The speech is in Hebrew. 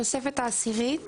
בתוספת העשירית